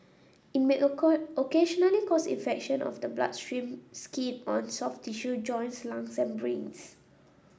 it may occasionally cause infection of the bloodstream skin on soft tissue joints lungs and brains